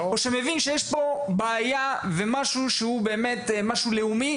או שמבין שיש פה בעיה ומשהו שהוא באמת לאומי,